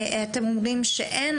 שאתם אומרים שאין,